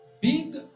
big